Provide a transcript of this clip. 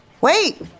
Wait